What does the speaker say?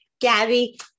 Gabby